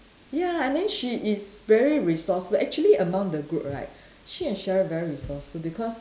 ya and then she is very resourceful actually among the group right she and Cheryl very resourceful because